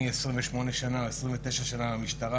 אני 29 שנים במשטרה,